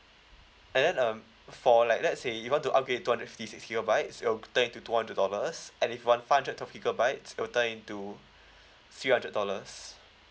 and then um for like let's say you want to upgrade to two hundred fifty six gigabytes it will turn into two hundred dollars and if you want five hundred twelve gigabytes it will turn into three hundred dollars